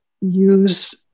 use